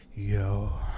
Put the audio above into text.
Yo